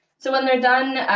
so when they're done,